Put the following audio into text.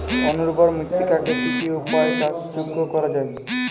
অনুর্বর মৃত্তিকাকে কি কি উপায়ে চাষযোগ্য করা যায়?